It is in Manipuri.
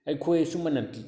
ꯑꯩꯈꯣꯏ ꯁꯨꯃꯥꯏꯅ